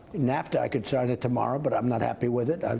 nafta i could start it tomorrow, but i'm not happy with it.